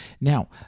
Now